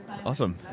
Awesome